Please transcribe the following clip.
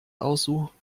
aussuchen